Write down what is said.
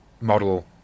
model